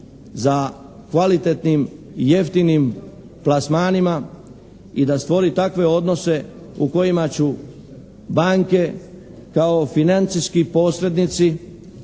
za kvalitetnim i jeftinim plasmanima i da stvori takve odnose u kojima će banke kao financijski posrednici